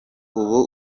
ubu